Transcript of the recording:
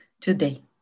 Today